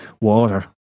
Water